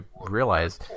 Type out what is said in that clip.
realize